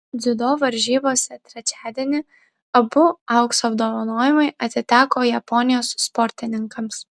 dziudo varžybose trečiadienį abu aukso apdovanojimai atiteko japonijos sportininkams